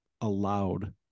allowed